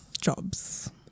Jobs